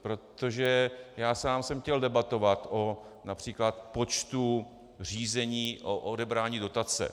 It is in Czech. Protože já sám jsem chtěl debatovat o například počtu řízení o odebrání dotace.